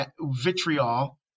vitriol